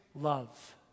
love